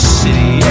city